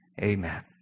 Amen